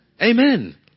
Amen